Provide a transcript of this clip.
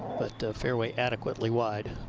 but fairway adequately wide.